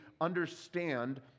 understand